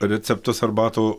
receptas arbatų